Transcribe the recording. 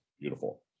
Beautiful